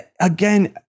again